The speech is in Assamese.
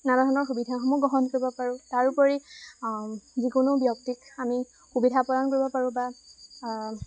নানা ধৰণৰ সুবিধাসমূহ গ্ৰহণ কৰিব পাৰোঁ তাৰোপৰি যিকোনো ব্যক্তিক আমি সুবিধা পালন কৰিব পাৰোঁ বা